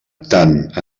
tant